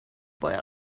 boy